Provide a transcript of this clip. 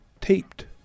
taped